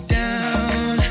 down